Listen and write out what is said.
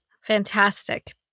Fantastic